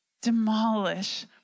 demolish